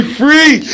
free